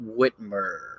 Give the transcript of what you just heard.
Whitmer